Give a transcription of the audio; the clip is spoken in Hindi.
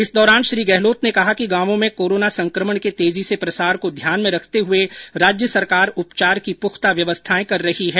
इस दौरान श्री गहलोत ने कहा कि गांवों में कोरोना संक्रमण के तेजी से प्रसार को ध्यान में रखते हुए राज्य सरकार उपचार की पुख्ता व्यवस्थाएं कर रही है